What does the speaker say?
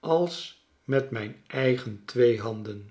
als met mijn eigen twee handen